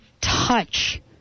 touch